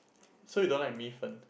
so you don't like 米粉